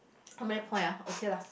how many point ah okay lah